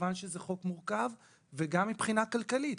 מכיוון שזה חוק מורכב וגם מבחינה כלכלית.